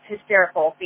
hysterical